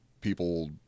people